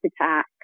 attack